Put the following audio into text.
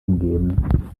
umgeben